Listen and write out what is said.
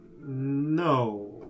no